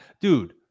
Dude